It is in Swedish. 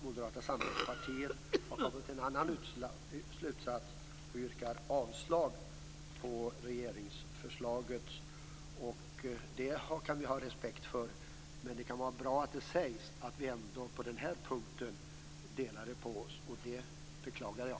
Moderata samlingspartiet har kommit fram till en annan slutsats och yrkar avslag på regeringsförslaget. Det kan jag ha respekt för, men det kan vara bra att det sägs att vi på den här punkten delade på oss, och det beklagar jag.